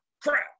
crap